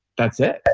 that's it